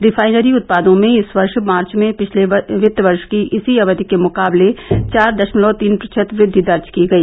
refinery उत्पादों में इस वर्ष मार्च में पिछले वित्त वर्ष की इसी अवधि के मुकाबले चार दशमलव तीन प्रतिशत वृद्धि दर्ज की गई